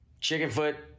Chickenfoot